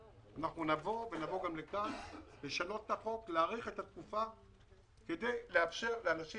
נבוא גם לכאן לשנות את החוק ולהאריך את התקופה כדי לאפשר לאנשים